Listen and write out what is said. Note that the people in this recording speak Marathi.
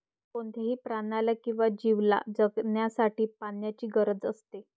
कोणत्याही प्राण्याला किंवा जीवला जगण्यासाठी पाण्याची गरज असते